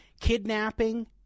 kidnapping